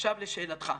עכשיו לשאלתך.